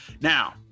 Now